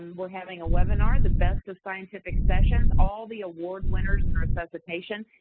um we're having a webinar, the best of scientific sessions, all the award winners in resuscitation.